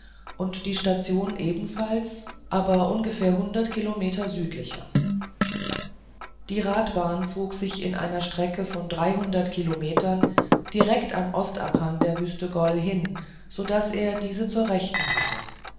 und die station ebenfalls aber ungefähr hundert kilometer südlicher die radbahn zog sich in einer strecke von dreihundert kilometern direkt am ostabhang der wüste gol hin so daß er diese zur rechten hatte